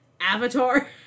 Avatar